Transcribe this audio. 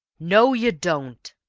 no, you don't,